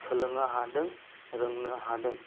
सोलोंनो हादों रोंनो हादों